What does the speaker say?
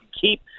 keep